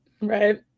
right